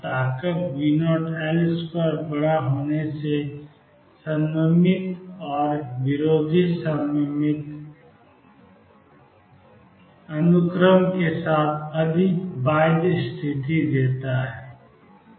और ताकत V0L2 बड़ा होने से सिमिट्रिक विरोधी सिमिट्रिक सिमिट्रिक विरोधी सिमिट्रिक अनुक्रम के साथ अधिक बाध्य स्थिति देता है